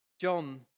John